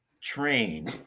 train